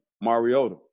Mariota